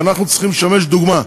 ואנחנו צריכים לשמש דוגמה.